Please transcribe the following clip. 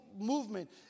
movement